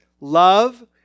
Love